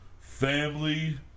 Family